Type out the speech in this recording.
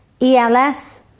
ELS